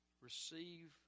receive